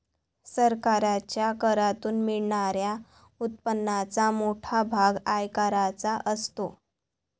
सरकारच्या करातून मिळणाऱ्या उत्पन्नाचा मोठा भाग आयकराचा असतो